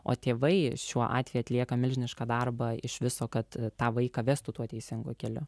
o tėvai šiuo atveju atlieka milžinišką darbą iš viso kad tą vaiką vestų tuo teisingu keliu